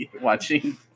watching